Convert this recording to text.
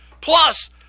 plus